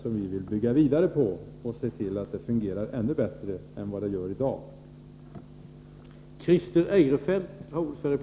Det är detta vi vill bygga vidare på och se till att det fungerar ännu bättre än vad det gör i dag.